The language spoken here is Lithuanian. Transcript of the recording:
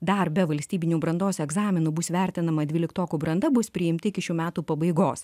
dar be valstybinių brandos egzaminų bus vertinama dvyliktokų branda bus priimti iki šių metų pabaigos